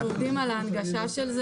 אנחנו עובדים על ההנגשה של זה